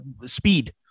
speed